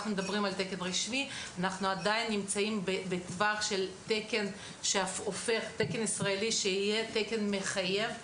אנחנו עדיין נמצאים בטווח של תקן ישראלי שיהיה תקן מחייב.